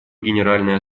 генеральной